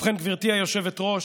ובכן גברתי היושבת-ראש,